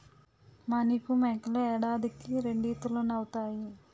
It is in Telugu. మానిపు మేకలు ఏడాదికి రెండీతలీనుతాయి